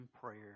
prayer